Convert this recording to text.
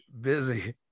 Busy